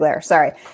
Sorry